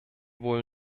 wohl